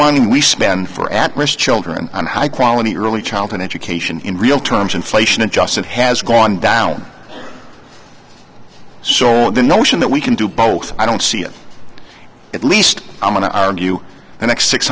money we spend for at risk children and high quality early childhood education in real terms inflation adjusted has gone down so the notion that we can do both i don't see it at least i'm going to argue the next six